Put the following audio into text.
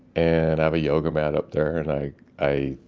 and i have a yoga mat up there, and i, i,